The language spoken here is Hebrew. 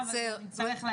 לקצר,